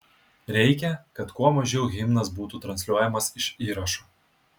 reikia kad kuo mažiau himnas būtų transliuojamas iš įrašo